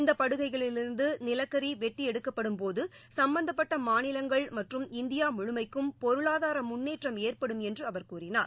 இந்தபடுகைகளிலிருந்துநிலக்கரிவெட்டிஎடுக்கப்படும் போதுசம்பந்தப்பட்டமாநிலங்கள் மற்றும் இந்தியாமுழுமைக்கும் பொருளாதாரமுன்னேற்றம் ஏற்படும் என்றுஅவர் கூறினார்